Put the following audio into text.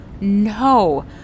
No